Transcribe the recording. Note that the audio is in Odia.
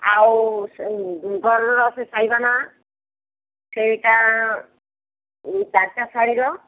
ଆଉ ଘରର ସେଇଟା ଚାରିଟା ଶାଢୀର